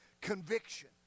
conviction